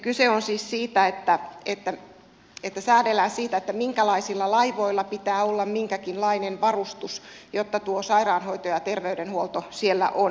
kyse on siis siitä että säädellään sitä minkälaisilla laivoilla pitää olla minkäkinlainen varustus jotta sairaanhoito ja terveydenhuolto siellä on mahdollista